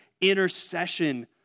intercession